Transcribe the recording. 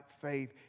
faith